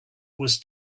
was